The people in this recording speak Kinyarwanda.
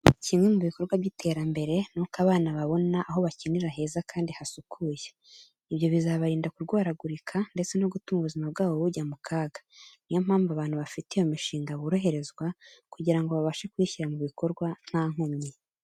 Kimwe mu ibikorwa by'iterambere, nuko abana babona aho bakinira heza kandi hasukuye. Ibyo bizabarinda kurwaragurika ndetse no gutuma ubuzima bwabo bujya mu kaga. Ni yo mpamvu abantu bafite iyo mishinga boroherezwa kugira ngo babashe kuyishyira mu bikorwa nta nkomyi.